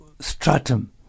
stratum